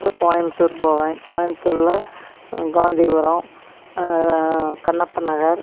அப்புறம் கோயம்புத்தூர் போவேன் கோயம்புத்தூர்ல காந்திபுரம் கண்ணப்பன் நகர்